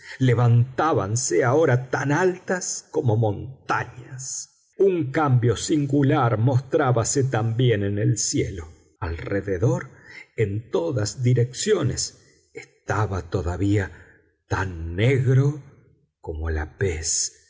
espumantes levantábanse ahora tan altas como montañas un cambio singular mostrábase también en el cielo alrededor en todas direcciones estaba todavía tan negro como la pez